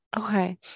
Okay